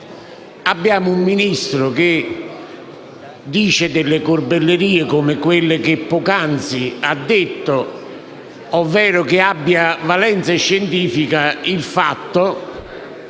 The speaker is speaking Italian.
abbiamo un Ministro che dice corbellerie come quelle che poc'anzi ha detto, ovvero che ha valenza scientifica il fatto